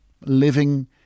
Living